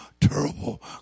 terrible